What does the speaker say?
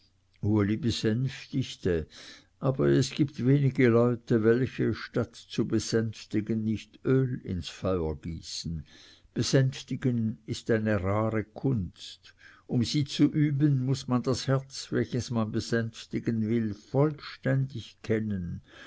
besänftigte aber es gibt wenige leute welche statt zu besänftigen nicht öl ins feuer gießen besänftigen ist eine rare kunst um sie zu üben muß man das herz welches man besänftigen will vollständig kennen